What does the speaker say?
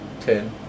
ten